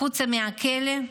החוצה מהכלא?